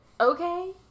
okay